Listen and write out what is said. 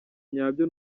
nyabyo